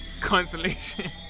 Consolation